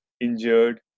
injured